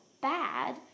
bad